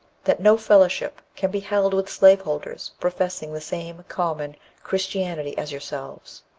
that no fellowship can be held with slaveholders professing the same common christianity as yourselves.